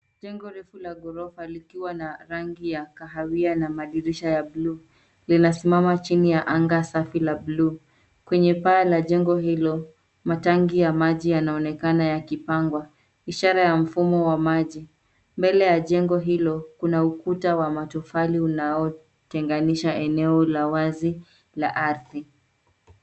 Jengo refu la ghorofa likiwa na rangi ya kahawia na madirisha ya buluu . Linasimama chini ya anga safi la buluu. Kwenye paa la jengo hilo, matangi ya maji yanaonekana yakipangwa , ishara ya mfumo wa maji. Mbele ya jengo hilo, kuna ukuta wa matofali unaotenganisha eneo la wazi la ardhi.